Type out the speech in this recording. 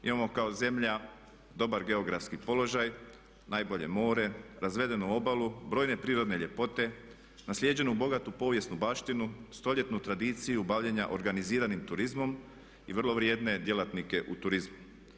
Imamo kao zemlja dobar geografski položaj, najbolje more, razvedenu obalu, brojne prirodne ljepote, naslijeđenu bogatu povijesnu baštinu, stoljetnu tradiciju bavljenja organiziranim turizmom i vrlo vrijedne djelatnike u turizmu.